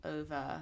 over